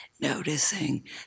noticing